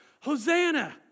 Hosanna